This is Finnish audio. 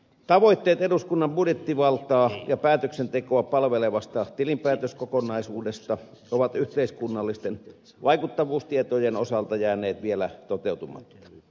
tavoitteet eduskunnan budjettivaltaa ja päätöksentekoa palvelevasta tilinpäätöskokonaisuudesta ovat yhteiskunnallisten vaikuttavuustietojen osalta jääneet vielä toteutumatta